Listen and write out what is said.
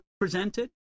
presented